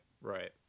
Right